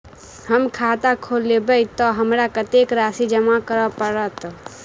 हम खाता खोलेबै तऽ हमरा कत्तेक राशि जमा करऽ पड़त?